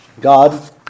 God